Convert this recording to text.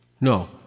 No